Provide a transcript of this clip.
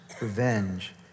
revenge